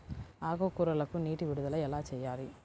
ఆకుకూరలకు నీటి విడుదల ఎలా చేయాలి?